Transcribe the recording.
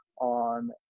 on